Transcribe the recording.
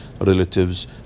relatives